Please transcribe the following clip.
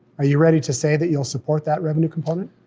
are you ready to say that you'll support that revenue component?